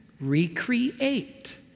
recreate